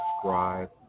subscribe